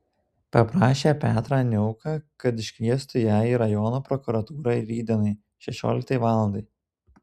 paprašė petrą niauką kad iškviestų ją į rajono prokuratūrą rytdienai šešioliktai valandai